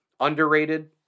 underrated